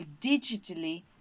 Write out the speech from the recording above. digitally